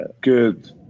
good